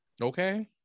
okay